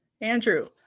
Andrew